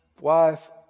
wife